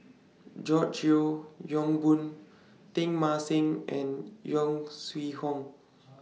George Yeo Yong Boon Teng Mah Seng and Yong Shu Hoong